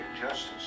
justice